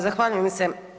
Zahvaljujem se.